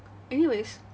anyways